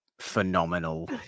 phenomenal